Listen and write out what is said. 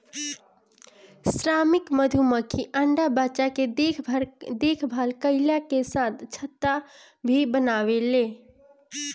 श्रमिक मधुमक्खी अंडा बच्चा के देखभाल कईला के साथे छत्ता भी बनावेले